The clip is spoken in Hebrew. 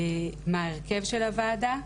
מה ההרכב של הוועדה.